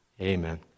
Amen